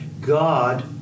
God